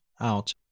out